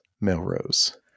Melrose